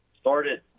Started